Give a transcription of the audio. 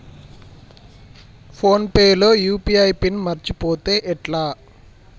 Phone pay లో UPI pin మరచిపోతే ఎట్లా?